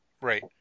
Right